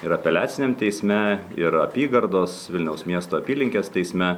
ir apeliaciniam teisme ir apygardos vilniaus miesto apylinkės teisme